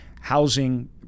housing